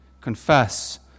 Confess